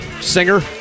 singer